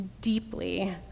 deeply